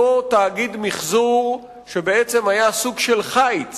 אותו תאגיד מיחזור שבעצם היה סוג של חיץ